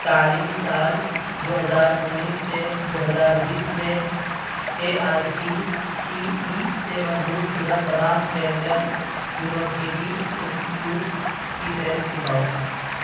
تعلیمی سال دو ہزار انیس سے دو ہزار بیس میں A I C T E سے منظور شدہ تمام سنٹر یونیورسٹی انسٹی ٹیوٹس کی فہرست دکھاؤ